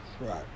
Right